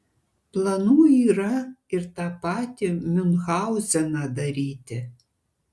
planų yra ir tą patį miunchauzeną daryti